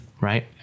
Right